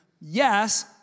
Yes